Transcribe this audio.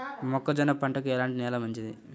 మొక్క జొన్న పంటకు ఎలాంటి నేల మంచిది?